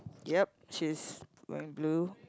yup she is wearing blue